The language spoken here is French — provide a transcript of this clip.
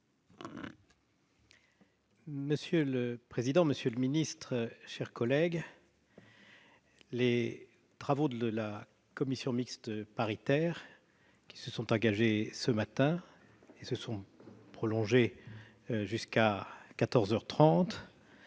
Monsieur le président, monsieur le ministre, mes chers collègues, les travaux de la commission mixte paritaire, qui se sont engagés ce matin et se sont prolongés jusqu'à